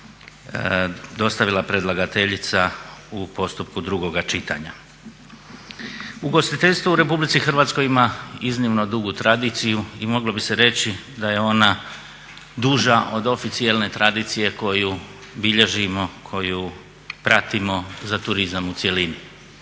Ugostiteljstvo u Republici Hrvatskoj ima iznimno dugu tradiciju i moglo bi se reći da je ona duža od oficijelne tradicije koju bilježimo, koju pratimo za turizam u cjelini.